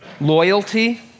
Loyalty